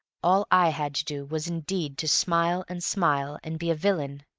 all i had to do was indeed to smile and smile and be a villain.